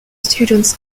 students